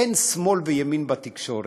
אין שמאל וימין בתקשורת,